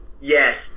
yes